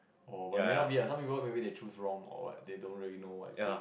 orh but may not be lah some people they choose wrong or what they don't really know what is good